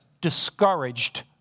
discouraged